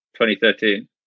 2013